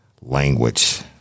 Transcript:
language